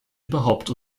überhaupt